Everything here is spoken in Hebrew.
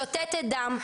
שותתת דם,